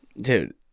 Dude